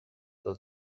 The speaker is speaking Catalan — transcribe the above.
del